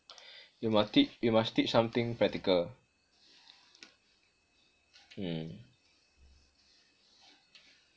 you must tea~ you must teach something practical mm